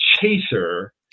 chaser